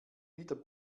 wieder